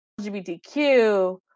LGBTQ